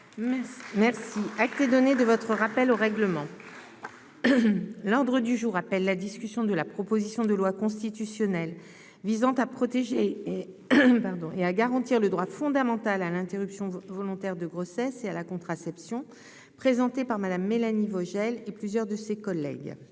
merci, ah que donner de votre rappel au règlement. L'ordre du jour appelle la discussion de la proposition de loi constitutionnelle visant à protéger et pardon et à garantir le droit fondamental à l'interruption volontaire de grossesse et à la contraception, présenté par Madame Mélanie Vogel et plusieurs de ses collègues